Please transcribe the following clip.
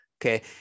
okay